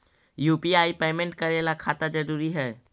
UPI payment करे ला खाता जरूरी है?